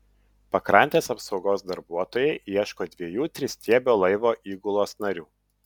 pakrantės apsaugos darbuotojai ieško dviejų tristiebio laivo įgulos narių